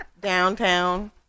downtown